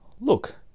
look